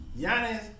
Giannis